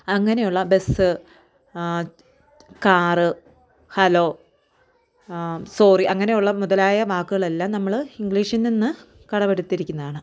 അങ്ങനെയുള്ള bus car hello sorry അങ്ങനെയുള്ള മുതലായ വാക്കുകളെല്ലാം നമ്മൾ ഇംഗ്ലീഷിൽ നിന്ന് കടമെടുത്തിരിക്കുന്നതാണ്